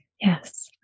Yes